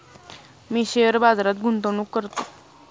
मी share बाजारात गुंतवणूक करतो